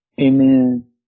Amen